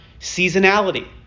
seasonality